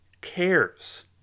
cares